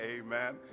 amen